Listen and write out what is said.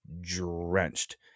drenched